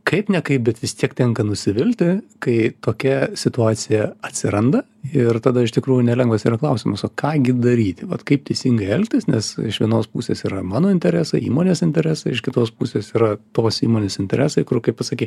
kaip ne kaip bet vis tiek tenka nusivilti kai tokia situacija atsiranda ir tada iš tikrųjų nelengvas yra klausimas o ką gi daryti vat kaip teisingai elgtis nes iš vienos pusės yra mano interesai įmonės interesai iš kitos pusės yra tos įmonės interesai kur kaip pasakei